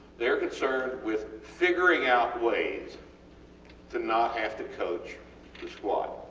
theyre concerned with figuring out ways to not have to coach the squat,